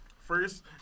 first